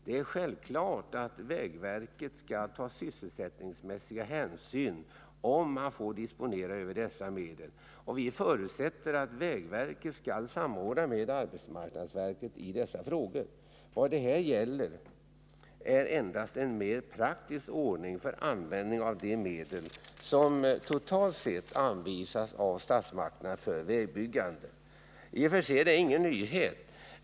Det är självklart att vägverket skall ta sysselsättningsmässiga hänsyn om det får disponera över dessa medel, och vi förutsätter att vägverket skall samråda med arbetsmarknadsverket i dessa frågor. Vad det här gäller är endast en mer praktisk ordning för användningen av de medel som totalt anvisas av statsmakterna för vägbyggande. I och för sig är detta ingen nyhet.